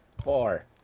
Four